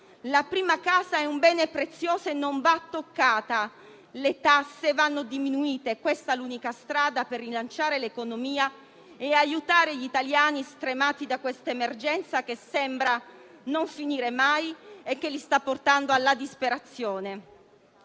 La prima casa è un bene prezioso e non va toccata. Le tasse vanno diminuite; questa è l'unica strada per rilanciare l'economia e aiutare gli italiani stremati da questa emergenza che sembra non finire mai e che li sta portando alla disperazione.